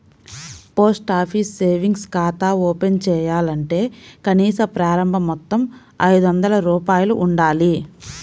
post office savings ఖాతా open చేయాలంటే కనీస ప్రారంభ మొత్తం ఐదొందల రూపాయలు ఉండాలి